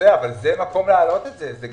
אבל זה מקום להעלות את זה.